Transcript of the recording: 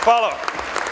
Hvala vam.